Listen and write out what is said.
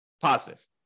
positive